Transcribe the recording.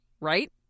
Right